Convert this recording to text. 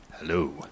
Hello